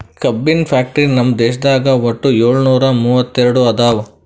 ಕಬ್ಬಿನ್ ಫ್ಯಾಕ್ಟರಿ ನಮ್ ದೇಶದಾಗ್ ವಟ್ಟ್ ಯೋಳ್ನೂರಾ ಮೂವತ್ತೆರಡು ಅದಾವ್